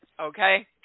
Okay